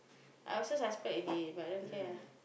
I also suspect already but I don't care ah